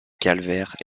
calvaire